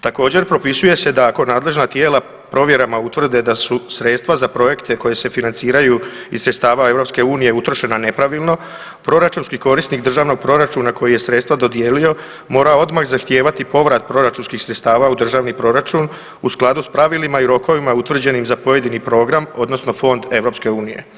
Također, propisuje se da ako nadležna tijela provjerama utvrde da su sredstva za projekte koji se financiraju iz sredstava EU utrošena nepravilno, proračunski korisnik državnog proračuna koji je sredstva dodijelio, mora odmah zahtijevati povrat proračunskih sredstava u državni proračun u skladu s pravilima i rokovima utvrđenim za pojedini program, odnosno fond EU.